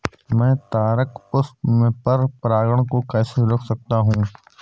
मैं तारक पुष्प में पर परागण को कैसे रोक सकता हूँ?